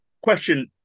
Question